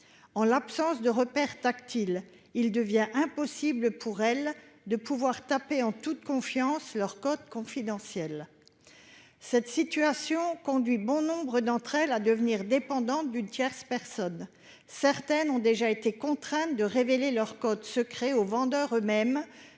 En l'absence de repères tactiles, il devient impossible pour elles de taper en toute confiance leur code confidentiel. Cette situation conduit bon nombre d'entre elles à devenir dépendantes d'une tierce personne : certaines ont déjà été contraintes de révéler leur code secret aux vendeurs eux-mêmes,